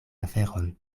aferon